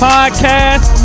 Podcast